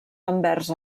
envers